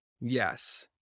yes